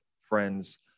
friends